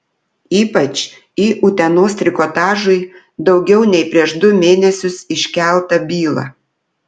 ypač į utenos trikotažui daugiau nei prieš du mėnesius iškeltą bylą